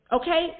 Okay